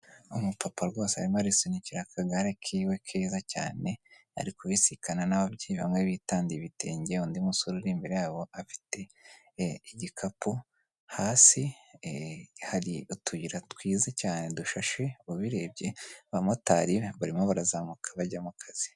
Umupapa rwose arimo arisunikira akagare kiwe keza cyane, ari kubisikana n'ababyeyi bamwe bitandiye ibitenge, hari undi musore uri imbere yabo afite igikapu, hasi hari utuyira twiza cyane dushashe, ubirebye abamotari barimo barazamuka bajya mu kazi.